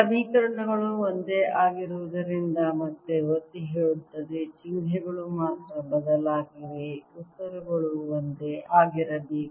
ಸಮೀಕರಣಗಳು ಒಂದೇ ಆಗಿರುವುದರಿಂದ ಮತ್ತೆ ಒತ್ತಿಹೇಳುತ್ತದೆ ಚಿಹ್ನೆಗಳು ಮಾತ್ರ ಬದಲಾಗಿವೆ ಉತ್ತರಗಳು ಒಂದೇ ಆಗಿರಬೇಕು